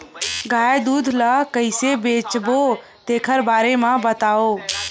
गाय दूध ल कइसे बेचबो तेखर बारे में बताओ?